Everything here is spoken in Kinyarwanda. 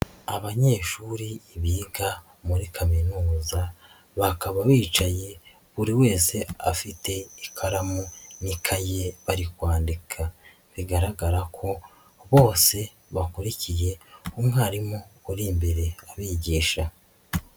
Abanyeshuri biga muri kaminuza, bakaba bicaye buri wese afite ikaramu n'ikaye bari kwandika, bigaragara ko bose bakurikiye umwarimu uri imbere abigisha.